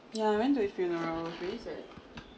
yeah I went to his funeral it's really sad